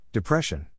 Depression